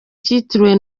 cyitiriwe